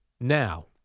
Now